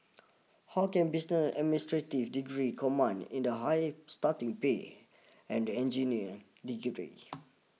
how can business administrative degree command in the high starting pay and the engineer degree